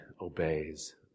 obeys